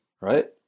right